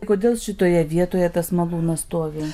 kodėl šitoje vietoje tas malūnas stovi